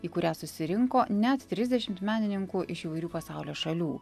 į kurią susirinko net trisdešimt menininkų iš įvairių pasaulio šalių